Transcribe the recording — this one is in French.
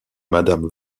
mme